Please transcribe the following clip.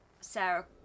sarah